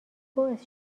باعث